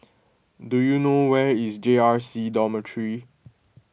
do you know where is J R C Dormitory